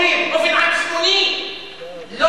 באופן עצמוני,